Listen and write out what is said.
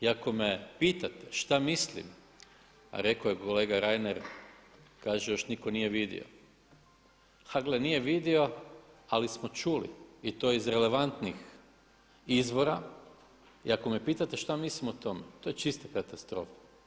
I ako me pitate šta mislim, rekao je kolega Reiner, kaže još niko nije vidio, ha gle, nije vidio ali smo čuli i to iz relevantnih izvora, i ako me pitate što mislim o tome to je čista katastrofa.